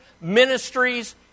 ministries